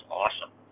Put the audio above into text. awesome